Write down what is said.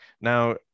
Now